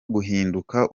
guhinduka